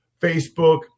Facebook